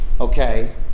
okay